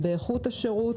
באיכות השירות,